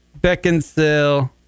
Beckinsale